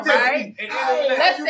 right